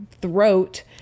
throat